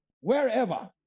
Wherever